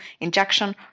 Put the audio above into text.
injection